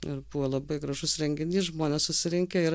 ir buvo labai gražus renginys žmonės susirinkę ir